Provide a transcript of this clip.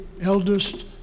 eldest